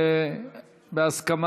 ובהסכמה,